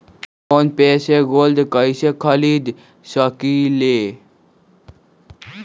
Phone पे से gold कईसे खरीद सकीले?